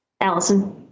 Allison